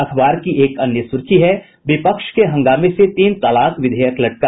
अखबार की एक अन्य सुर्खी है विपक्ष के हंगामे से तीन तलाक विधेयक लटका